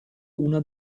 una